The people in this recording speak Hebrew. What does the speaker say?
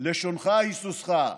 לשונך היא סוסך.